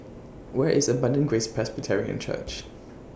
Where IS Abundant Grace Presbyterian Church